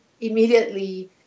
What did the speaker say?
immediately